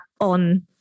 on